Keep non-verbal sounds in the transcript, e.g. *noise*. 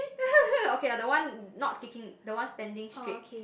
*noise* okay the one not kicking the one standing straight